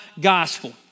gospel